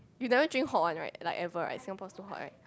you never drink hot one right like ever right Singapore is so hot right